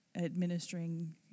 administering